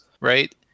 right